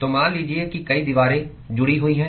तो मान लीजिए कि कई दीवारें जुड़ी हुई हैं